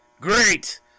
Great